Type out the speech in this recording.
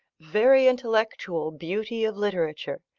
very intellectual, beauty of literature,